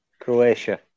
Croatia